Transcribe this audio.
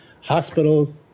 hospitals